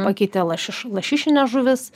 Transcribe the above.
pakeitė lašiš lašišines žuvis